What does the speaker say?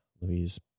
Louise